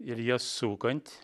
ir jas sukant